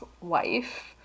wife